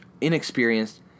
inexperienced